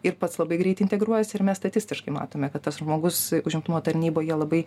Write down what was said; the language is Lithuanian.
ir pats labai greit integruojasi ir mes statistiškai matome kad tas žmogus užimtumo tarnyboje labai